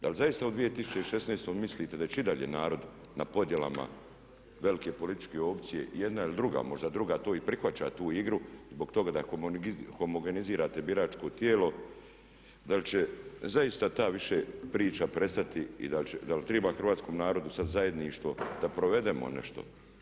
Da li zaista u 2016. mislite da će i dalje narod na podjelama velike političke opcije jedna ili druga, možda druga to i prihvaća tu igru zbog toga da homogenizirate biračko tijelo da li će zaista ta više priča prestati i da li treba hrvatskom narodu sada zajedništvo da provedemo nešto.